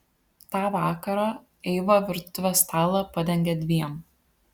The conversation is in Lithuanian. tą vakarą eiva virtuvės stalą padengė dviem